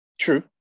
True